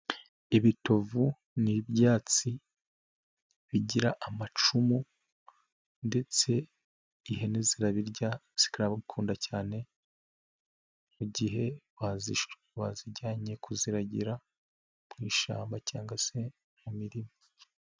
Ibitovu n'ibyatsi bigira amacumu ndetse ihene zirabirya zikaragukunda cyane, mu gihe bazijyanye ku ziragira mu ishyamba cyangwa se mu mirima.